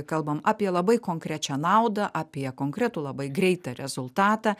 kalbam apie labai konkrečią naudą apie konkretų labai greitą rezultatą